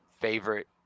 favorite